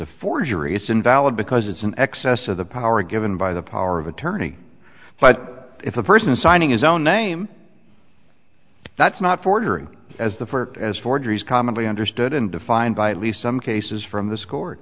a forgery it's invalid because it's an excess of the power given by the power of attorney but if the person signing his own name that's not forgery as the first as forgeries commonly understood and defined by at least some cases from this court